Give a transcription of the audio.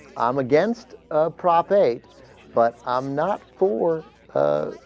i'm against a prop eight but i'm not for ah.